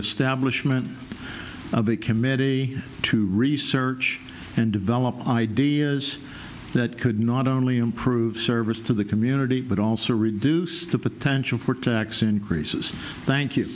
establishment of a committee to research and develop ideas that could not only improve service to the community but also reduce the potential for tax increases thank you